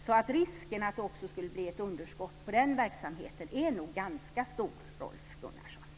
Risken för att det också skulle bli ett underskott i fråga om den verksamheten är nog ganska stor om man inte gör något åt de grundläggande problemen,